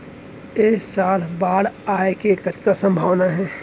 ऐ साल बाढ़ आय के कतका संभावना हे?